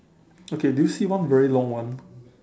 okay do you see one very long one